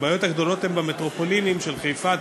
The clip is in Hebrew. הבעיות הגדולות הן במטרופולינים של חיפה,